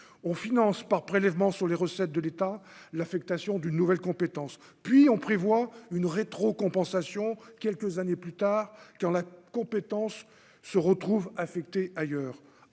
on finance par prélèvement sur les recettes de l'État, l'affectation d'une nouvelle compétence puis on prévoit une rétro compensation quelques années plus tard, qui ont la compétence se retrouve affecté ailleurs